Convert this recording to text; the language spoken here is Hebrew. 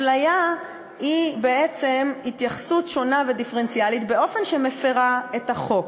הפליה היא בעצם התייחסות שונה ודיפרנציאלית באופן שהיא מפירה את החוק,